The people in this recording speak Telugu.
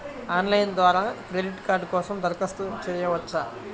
ఆన్లైన్ ద్వారా క్రెడిట్ కార్డ్ కోసం దరఖాస్తు చేయవచ్చా?